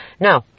No